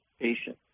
patient